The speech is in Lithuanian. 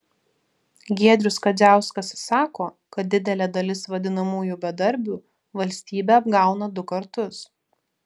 giedrius kadziauskas sako kad didelė dalis vadinamųjų bedarbių valstybę apgauna du kartus